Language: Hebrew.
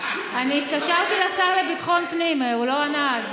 אני התקשרתי לשר לביטחון הפנים, הוא לא ענה.